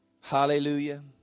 Hallelujah